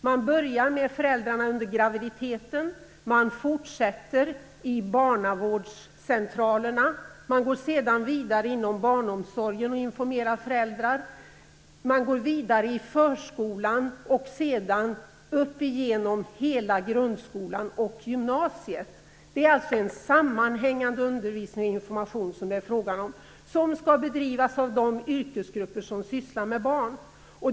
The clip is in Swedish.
Man börjar med föräldrarna under graviditeten, man fortsätter på barnavårdscentralerna, man går vidare inom barnomsorgen och informerar föräldrar, och man går sedan vidare i förskolan och sedan upp igenom hela grundskolan och gymnasiet. Det är alltså en sammanhängande undervisning och information som det är frågan om, och den skall bedrivas av de yrkesgrupper som sysslar med barn.